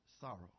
sorrow